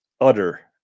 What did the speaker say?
utter